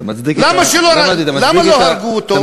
למה לא הרגו אותו?